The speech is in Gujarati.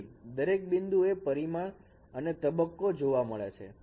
તેથી દરેક બિંદુ એ પરિમાણ અને તબક્કો જોવા મળે છે